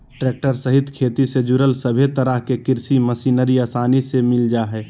tractor सहित खेती से जुड़ल सभे तरह के कृषि मशीनरी आसानी से मिल जा हइ